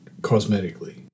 cosmetically